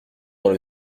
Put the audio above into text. dans